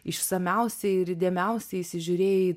išsamiausiai ir įdėmiausiai įsižiūrėjai